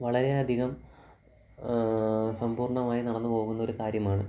വളരെ അധികം സമ്പൂർണമായി നടന്നു പോകുന്നൊരു കാര്യമാണ്